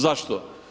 Zašto?